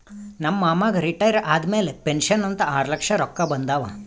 ನಮ್ ಮಾಮಾಗ್ ರಿಟೈರ್ ಆದಮ್ಯಾಲ ಪೆನ್ಷನ್ ಅಂತ್ ಆರ್ಲಕ್ಷ ರೊಕ್ಕಾ ಬಂದಾವ್